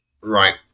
Right